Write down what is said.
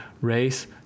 race